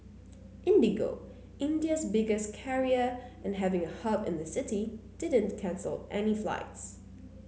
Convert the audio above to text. IndiGo India's biggest carrier and having a hub in the city didn't cancel any flights